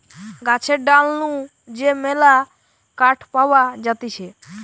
গাছের ডাল নু যে মেলা কাঠ পাওয়া যাতিছে